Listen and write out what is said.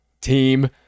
team